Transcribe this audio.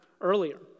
earlier